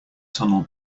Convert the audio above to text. tunnel